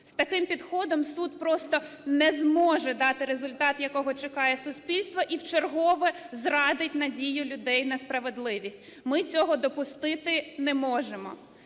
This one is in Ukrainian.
З таким підходом суд просто не зможе дати результат, якого чекає суспільство, і вчергове зрадить надію людей на справедливість. Ми цього допустити не можемо.